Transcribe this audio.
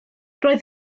roedd